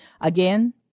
Again